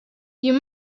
you